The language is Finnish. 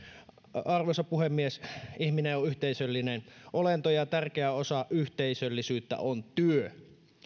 arvoisa puhemies ihminen on yhteisöllinen olento ja tärkeä osa yhteisöllisyyttä on työ